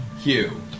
Hugh